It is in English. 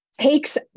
takes